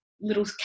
little